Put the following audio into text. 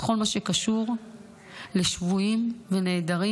בכל מה שקשור לשבויים ונעדרים,